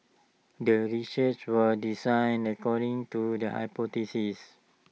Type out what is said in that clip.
the research was designed according to the hypothesis